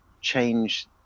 change